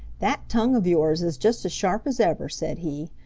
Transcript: that tongue of yours is just as sharp as ever, said he.